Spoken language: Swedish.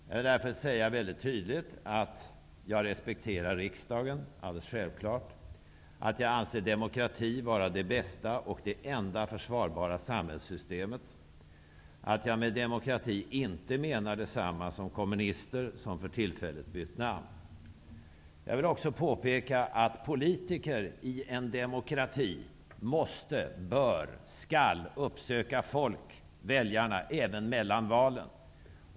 Jag vill därför säga mycket tydligt, att jag självfallet respekterar riksdagen och att jag anser demokrati vara det bästa och enda försvarbara samhällssystemet och att jag med demokrati inte menar detsamma som kommunister, som för tillfället har bytt namn, gör. Jag vill också påpeka att politiker i en demokrati måste, bör och skall uppsöka väljarna även mellan valen.